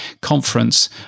conference